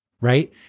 right